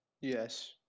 Yes